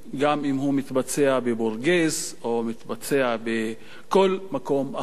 גם אם הוא מתבצע בבורגס או מתבצע בכל מקום אחר,